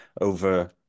over